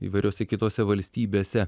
įvairiose kitose valstybėse